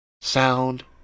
sound